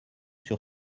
sur